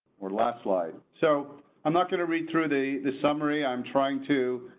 or last slide, so i'm not going to read through the the summary. i'm trying to